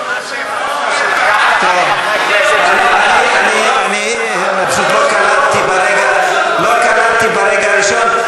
לא קלטתי ברגע הראשון.